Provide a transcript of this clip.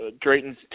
Drayton's